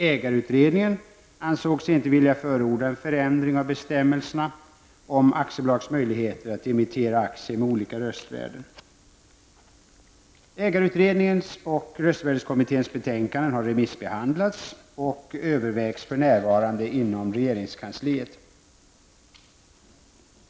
Ägarutredningen ansåg sig inte vilja förorda en förändring av bestämmelserna om aktiebolags möjligheter att emittera aktier med olika röstvärde. Ägarutredningens och röstvärdeskommitténs betänkanden har remissbehandlats och övervägs för närvarande inom regeringskansliet.